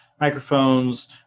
microphones